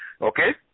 okay